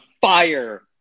fire